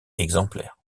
exemplaires